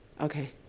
Okay